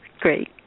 Great